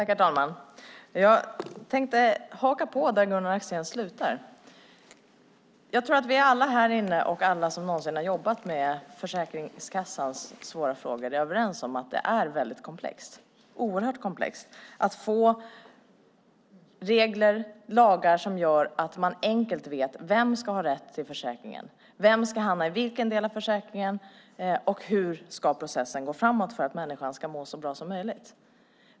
Herr talman! Jag tänkte haka på där Gunnar Axén slutade. Jag tror att vi alla härinne och alla som någonsin har jobbat med Försäkringskassans svåra frågor är överens om att det är väldigt komplext att få lagar och regler så att man enkelt vet vem som ska ha rätt till försäkringen, vem som ska hamna i vilken del av försäkringen och hur processen ska gå framåt för att människan ska må så bra som möjligt.